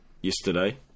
yesterday